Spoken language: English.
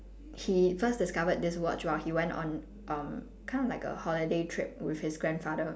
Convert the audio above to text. he first discovered this watch while he went on um kind of like a holiday trip with his grandfather